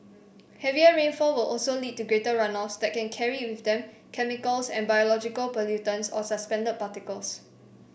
heavier rainfall will also lead to greater runoffs that can carry with them chemical and biological pollutants or suspended particles